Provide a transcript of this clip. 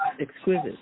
exquisite